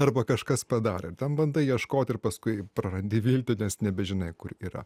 arba kažkas padarė ten bandai ieškoti ir paskui prarandi viltį nes nebežinai kur yra